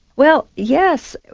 well yes,